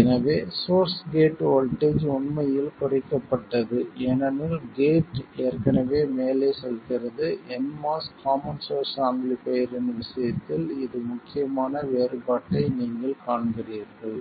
எனவே source gate voltage உண்மையில் குறைக்கப்பட்டது ஏனெனில் கேட் ஏற்கனவே மேலே செல்கிறது nMOS காமன் சோர்ஸ் ஆம்பிளிஃபைர்யின் விஷயத்தில் இது முக்கியமான வேறுபாட்டை நீங்கள் காண்கிறீர்கள்